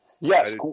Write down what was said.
Yes